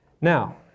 Now